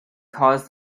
cause